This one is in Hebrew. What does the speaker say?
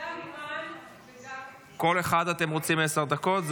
אימאן וגם --- כל אחד, אתם רוצים עשר דקות?